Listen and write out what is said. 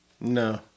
No